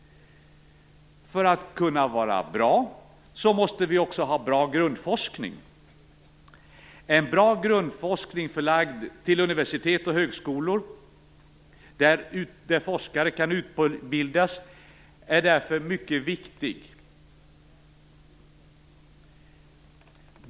För att kunna vara bra, måste vi också ha bra grundforskning. En bra grundforskning förlagd till universitet och högskolor där forskare kan utbildas är därför mycket viktig.